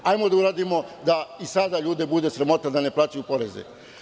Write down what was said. Hajde da uradimo da i sada ljude bude sramota da ne plaćaju poreze.